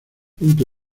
punto